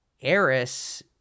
Eris